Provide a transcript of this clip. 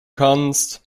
kannst